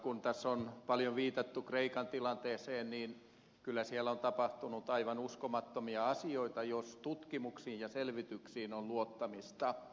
kun tässä on paljon viitattu kreikan tilanteeseen niin kyllä siellä on tapahtunut aivan uskomattomia asioita jos tutkimuksiin ja selvityksiin on luottamista